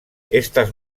estas